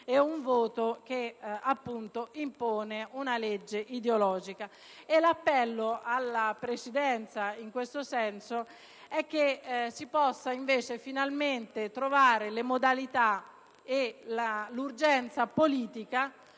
un voto che impone una legge ideologica. L'appello alla Presidenza in questo senso è che si possano finalmente trovare le modalità e l'urgenza politica